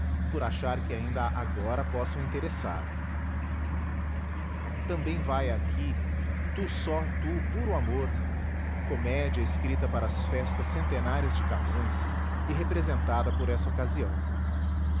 por achar que ainda agora possam interessar também vai aqui tu só tu puro amor comédia escrita para as festas centenárias de camões e representada por essa ocasião